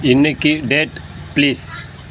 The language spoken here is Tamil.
இன்னைக்கு டேட் ப்ளீஸ்